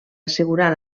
assegurar